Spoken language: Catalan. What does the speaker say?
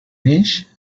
neix